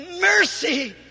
mercy